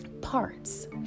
parts